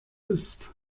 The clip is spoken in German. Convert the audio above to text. ist